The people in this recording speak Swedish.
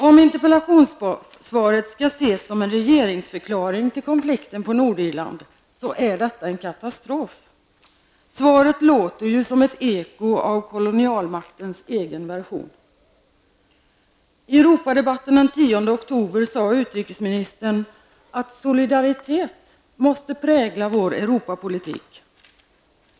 Om interpellationssvaret skall ses som en regeringsförklaring till konflikten på Nordirland är det en katastrof. Svaret låter som ett eko av kolonialmaktens egen version. I Europadebatten den 10 oktober sade utrikesministern att solidaritet måste prägla vår Europapolitik.